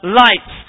light